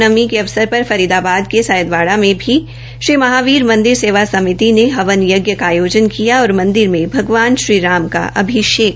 रामनवमी के अवसर पर फरीदाबाद के सैयदवाड़ा में भी श्री महावीर मंदिर सेव समिति ने हवन यज्ञ का आयोजन किया और मंदिर में भगवान श्री राम का अभिषेक किया गया